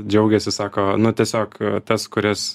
džiaugėsi sako nu tiesiog tas kuris